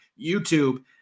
YouTube